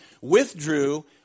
withdrew